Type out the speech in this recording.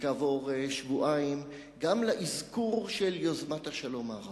וכעבור שבועיים גם לאזכור של יוזמת השלום הערבית.